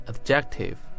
adjective